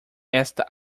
esta